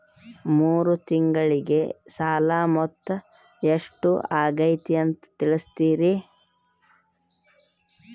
ಮೂರು ತಿಂಗಳಗೆ ಸಾಲ ಮೊತ್ತ ಎಷ್ಟು ಆಗೈತಿ ಅಂತ ತಿಳಸತಿರಿ?